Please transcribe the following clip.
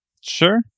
Sure